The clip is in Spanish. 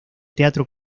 teatro